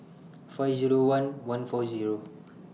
five Zero one one four Zero